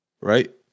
Right